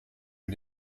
mit